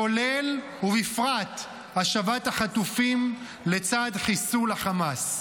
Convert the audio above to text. כולל, ובפרט, השבת החטופים לצד חיסול חמאס.